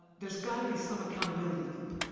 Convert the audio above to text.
there's gotta be some accountability loop.